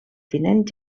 tinent